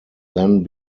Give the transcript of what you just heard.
then